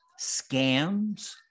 scams